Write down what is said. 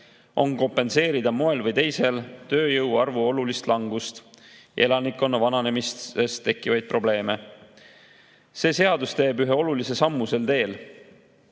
on kompenseerida moel või teisel tööjõu arvu olulist langust ja elanikkonna vananemisest tekkivaid probleeme. See seadus teeb ühe olulise sammu sel teel.